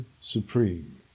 Supreme